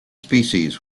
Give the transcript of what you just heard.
species